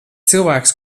cilvēks